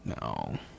No